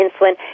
insulin